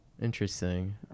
Interesting